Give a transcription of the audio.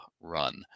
run